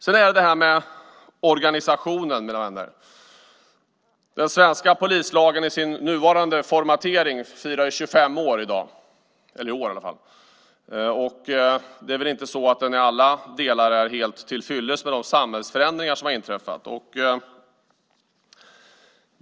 Så har vi det här med organisationen, mina vänner. Den svenska polislagen i sin nuvarande form firar 25 år i år. Den är väl inte i alla delar är helt tillfyllest med tanke på de samhällsförändringar som har inträffat.